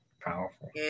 Powerful